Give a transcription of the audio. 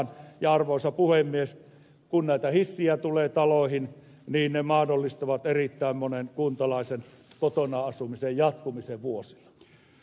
ja arvoisa puhemies kun näitä hissejä tulee taloihin ne mahdollistavat erittäin monen kuntalaisen kotona asumisen jatkumisen vuosilla